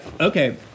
okay